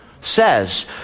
says